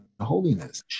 holiness